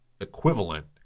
equivalent